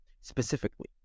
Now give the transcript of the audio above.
specifically